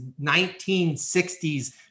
1960s